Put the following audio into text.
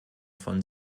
von